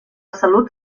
salut